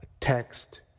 text